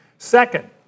Second